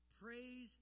Praise